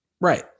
Right